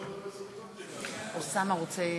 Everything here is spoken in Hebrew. בבקשה,